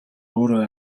өөрөө